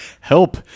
Help